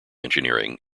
engineering